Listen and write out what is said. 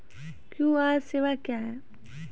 QR सेवा क्या हैं?